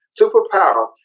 superpower